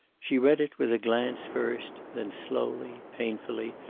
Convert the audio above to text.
she read it with a glance first, then slowly, painfully,